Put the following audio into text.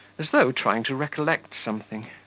as though trying to recollect something.